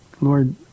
Lord